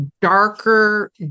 darker